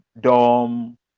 dom